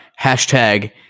hashtag